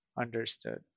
understood